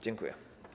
Dziękuję.